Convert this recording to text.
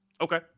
Okay